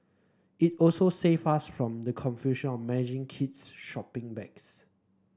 it also save us from the confusion of managing kids shopping bags